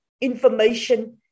information